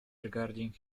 regarding